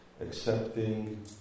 accepting